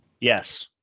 Yes